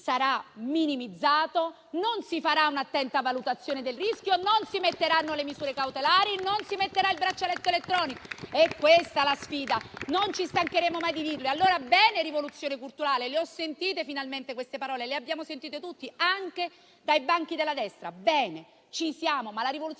sarà minimizzato, non si farà un'attenta valutazione del rischio, non si stabiliranno misure cautelari, non si metterà il braccialetto elettronico. È questa la sfida: non ci stancheremo mai di dirlo. Bene, allora, la rivoluzione culturale: le ho sentite, finalmente, queste parole, le abbiamo sentite tutti, anche dai banchi della destra. Bene, ci siamo.